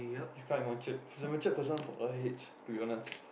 she's quite matured she's a matured person for her age to be honest